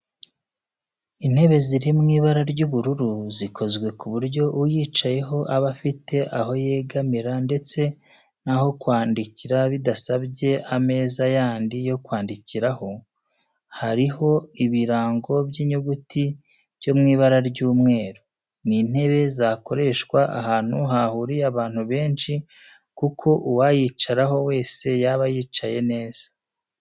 Intebe ziri mu ibara ry'ubururu, zikozwe ku buryo uyicayeho aba afite aho yegamira ndetse n'aho kwandikira bidasabye ameza yandi yo kwandikiraho, hariho ibirango by'inyuguti byo mu ibara ry'umweru. Ni intebe zakoreshwa ahantu hahuriye abantu benshi kuko uwayicaraho wese yaba yicaye neza